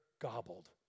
gobbled